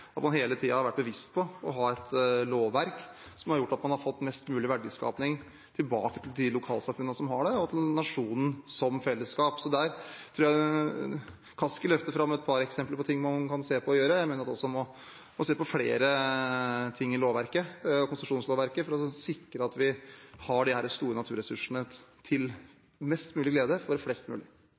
at man hele tiden har vært bevisst på å ha et lovverk som har gjort at man har fått mest mulig verdiskaping tilbake til lokalsamfunnene som har ressurser, og til nasjonen som fellesskap. Kaski løfter fram et par eksempler på ting man kan se på og gjøre noe med. Jeg mener at vi også må se på flere ting i konsesjonslovverket for å sikre at vi har de store naturressursene til mest mulig glede for flest mulig.